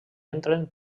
entren